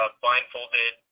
blindfolded